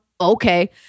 okay